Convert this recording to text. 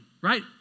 right